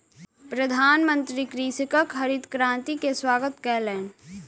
प्रधानमंत्री कृषकक हरित क्रांति के स्वागत कयलैन